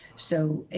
so it,